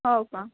हो का